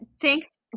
Thanks